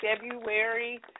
February